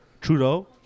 Trudeau